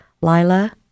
Lila